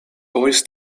boys